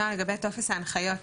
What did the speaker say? נעה, לגבי טופס ההנחיות.